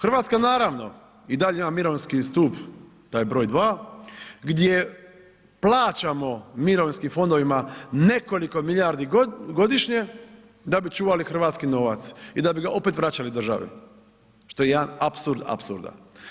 Hrvatska naravno i dalje ima mirovinski stup taj broj dva, gdje plaćamo mirovinskim fondovima nekoliko milijardi godišnje da bi čuvali hrvatski novac i da bi ga opet vraćali državi, što je jedan apsurd apsurda.